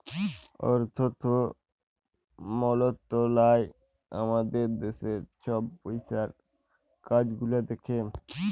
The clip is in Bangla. অথ্থ মলত্রলালয় আমাদের দ্যাশের ছব পইসার কাজ গুলা দ্যাখে